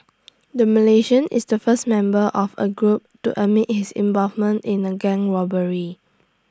the Malaysian is the first member of A group to admit his involvement in A gang robbery